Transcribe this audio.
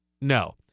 No